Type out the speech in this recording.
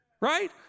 Right